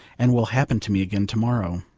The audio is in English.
and will happen to me again to morrow.